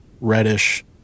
reddish